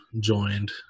joined